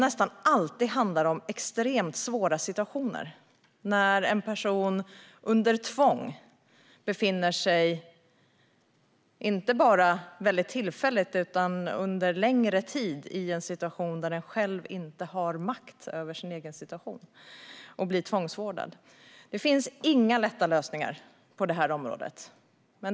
Nästan alltid är det extremt svåra situationer det handlar om, där en människa under längre tid befinner sig i ett läge där hon själv inte har makt över sin egen situation utan blir tvångsvårdad. Det finns inga lätta lösningar på det här området.